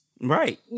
Right